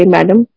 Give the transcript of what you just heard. Madam